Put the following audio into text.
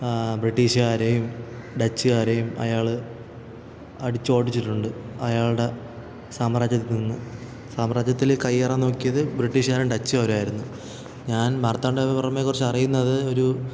ബ്രിട്ടീഷുകാരെയും ഡച്ചുകാരെയും അയാൾ അടിച്ചോടിച്ചിട്ടുണ്ട് അയാളുടെ സാമ്രാജ്യത്തിൽ നിന്ന് സാമ്രാജ്യത്തിൽ കയ്യേറാന് നോക്കിയത് ബ്രിട്ടീഷുകാരും ഡച്ചുകാരുമായിരുന്നു ഞാന് മാര്ത്താണ്ഡവര്മ്മയെക്കുറിച്ച് അറിയുന്നത് ഒരു